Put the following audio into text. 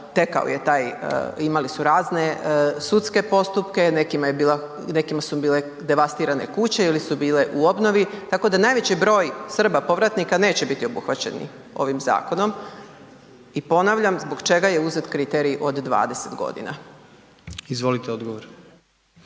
tekao je taj imali su razne sudske postupke, nekima su bile devastirane kuće ili su bile u obnovi, tako da najveći broj Srba povratnika neće biti obuhvaćeni ovim zakonom. I ponavljam, zbog čega je uzet kriterij od 20 godina? **Jandroković,